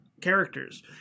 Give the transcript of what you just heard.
characters